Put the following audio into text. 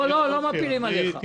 לא, לא מפילים עליך.